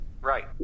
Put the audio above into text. Right